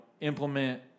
implement